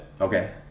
Okay